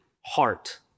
heart